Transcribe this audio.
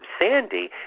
Sandy